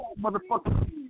Motherfucker